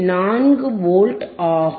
4 volt ஆகும்